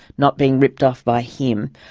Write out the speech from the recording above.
not being ripped off by him.